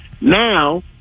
Now